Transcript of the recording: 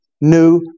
new